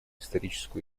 историческую